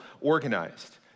organized